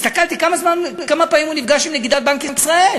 הסתכלתי כמה פעמים הוא נפגש עם נגידת בנק ישראל,